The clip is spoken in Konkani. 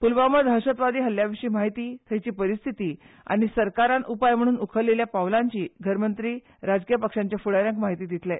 पुलवामा दहशतवादी हल्ल्याविशी म्हायती थंयची परिस्थीती आनी सरकारान उपाय म्हणून उखलील्ल्या पावलांची घरमंत्री राजकी पक्षांच्या फूडा यांक म्हायती दितले